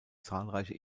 zahlreiche